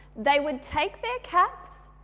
they would take their caps,